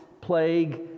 plague